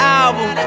album